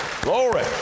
Glory